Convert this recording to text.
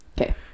Okay